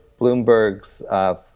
Bloomberg's